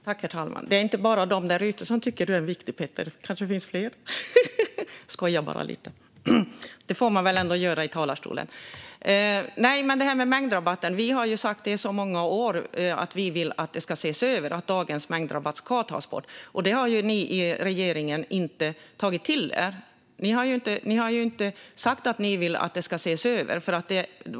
Herr talman! Det är inte bara de där ute som tycker att du är en viktigpetter - det kanske finns fler! Jag skojar bara lite. Det får man väl ändå göra i talarstolen? När det gäller mängdrabatten har vi i många år sagt att vi vill att detta ska ses över och att dagens mängdrabatt ska tas bort. Det har ni i regeringen inte tagit till er. Ni har ju inte sagt att ni vill att det ska ses över.